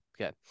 Okay